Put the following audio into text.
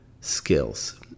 skills